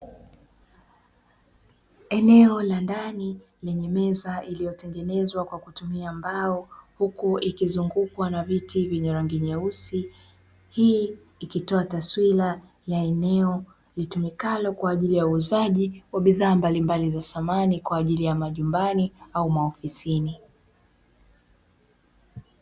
Eneo la ndani lenye meza iliyotengenezwa kwa kutumia mbao huku ikizungukwa na viti vyenye rangi nyeusi, hii ikitoa taswira ya eneo litumikalo kwa ajili ya uuzaji wa bidhaa mbalimbali za samani kwa ajili ya majumbani au maofisini.